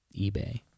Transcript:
eBay